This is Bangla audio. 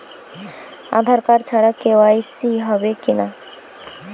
আধার কার্ড ছাড়া কে.ওয়াই.সি হবে কিনা?